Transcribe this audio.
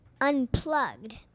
unplugged